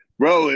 bro